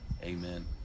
Amen